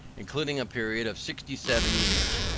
including a period of sixty seven years,